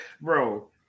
bro